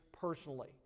Personally